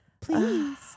Please